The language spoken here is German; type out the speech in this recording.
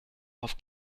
auf